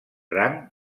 rang